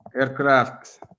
aircraft